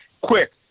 Quick